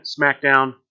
Smackdown